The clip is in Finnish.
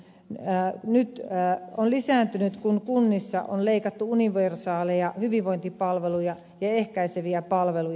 minä nyt tää on lisääntynyt kun kunnissa on leikattu universaaleja hyvinvointipalveluja ja ehkäiseviä palveluja